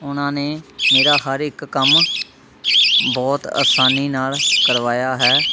ਉਨਾਂ ਨੇ ਮੇਰਾ ਹਰ ਇੱਕ ਕੰਮ ਬਹੁਤ ਆਸਾਨੀ ਨਾਲ਼ ਕਰਵਾਇਆ ਹੈ